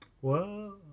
Whoa